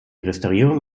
restaurierung